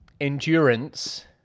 Endurance